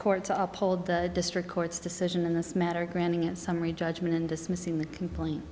court to uphold the district court's decision in this matter granting a summary judgment in dismissing the complaint